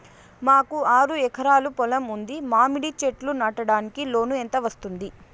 మాకు ఆరు ఎకరాలు పొలం ఉంది, మామిడి చెట్లు నాటడానికి లోను ఎంత వస్తుంది?